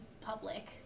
public